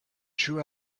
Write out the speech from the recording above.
true